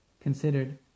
considered